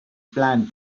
plant